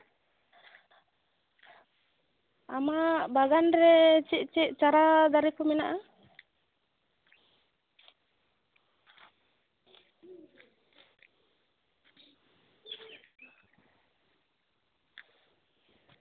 ᱟᱢᱟᱜ ᱵᱟᱜᱟᱱ ᱨᱮ ᱪᱮᱫ ᱪᱮᱫ ᱪᱟᱨᱟ ᱫᱟᱨᱮ ᱠᱚ ᱢᱮᱱᱟᱜᱼᱟ